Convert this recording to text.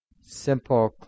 simple